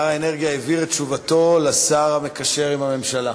שר האנרגיה העביר את תשובתו לשר המקשר מטעם הממשלה.